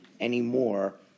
anymore